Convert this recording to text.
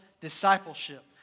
discipleship